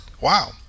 Wow